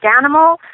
animal